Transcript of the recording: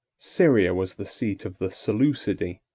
syria was the seat of the seleucidae,